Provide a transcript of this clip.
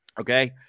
okay